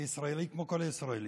אני ישראלי כמו כל ישראלי,